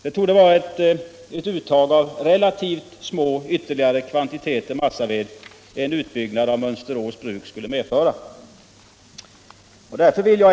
Det torde vara ett uttag av relativt små ytterligare kvantiteter massaved en utbyggnad av Mönsterås bruk skulle medföra.